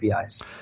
APIs